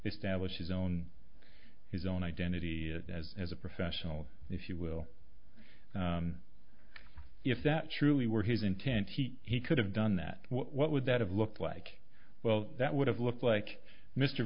establish his own his own identity as as a professional if you will if that truly were his intent he he could have done that what would that have looked like well that would have looked like mr